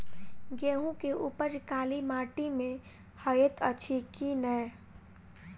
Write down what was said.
गेंहूँ केँ उपज काली माटि मे हएत अछि की नै?